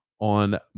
on